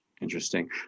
Interesting